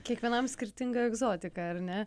kiekvienam skirtinga egzotika ar ne